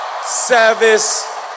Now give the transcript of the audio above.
service